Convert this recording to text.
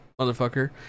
motherfucker